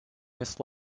this